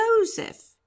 Joseph